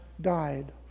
died